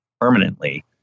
permanently